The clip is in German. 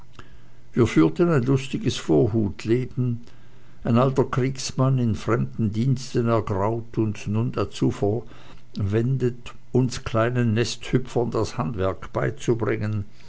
wir führten ein lustiges vorhutleben ein alter kriegsmann in fremden diensten ergraut und nun dazu verwendet uns kleinen nesthüpfern das handwerk beizubringen